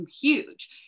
huge